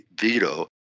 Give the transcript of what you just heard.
veto